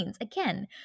again